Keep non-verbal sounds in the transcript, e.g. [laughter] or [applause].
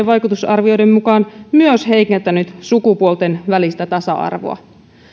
[unintelligible] vaikutusarvioiden mukaan myös heikentänyt sukupuolten välistä tasa arvoa